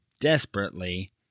desperately